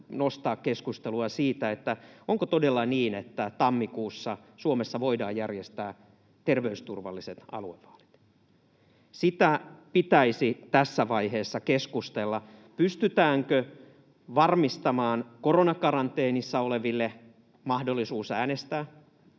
nostaa keskustelua siitä, onko todella niin, että tammikuussa Suomessa voidaan järjestää terveysturvalliset aluevaalit. Siitä pitäisi tässä vaiheessa keskustella, pystytäänkö varmistamaan koronakaranteenissa oleville mahdollisuus äänestää,